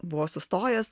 buvo sustojęs